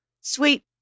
sweet